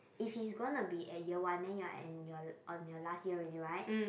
if he's gonna be at year one then you're and your on your last year already right